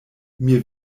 mir